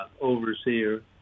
overseer